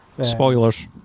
Spoilers